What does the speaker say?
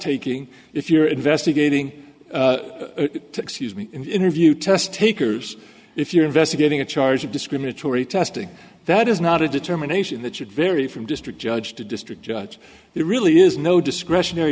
taking if you're investigating excuse me interview test takers if you're investigating a charge of discriminatory testing that is not a determination that should vary from district judge to district judge there really is no discretionary